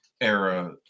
era